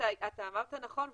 אתה אמרת נכון,